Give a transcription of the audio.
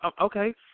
okay